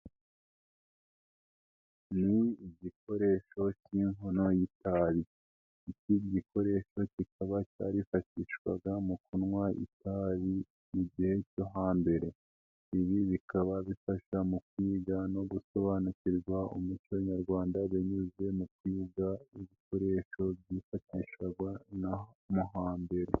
Ni igikoresho cy'inkono y'itabi, iki gikoresho kikaba cyarifashishwaga mu kunywa itabi mu gihe cyo hambere, ibi bikaba bifasha mu kwiga no gusobanukirwa umuco nyarwanda, binyuze mu kwiga ibikoresho byifashishwaga nabo mugihe cyohambere.